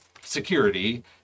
security